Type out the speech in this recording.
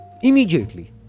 immediately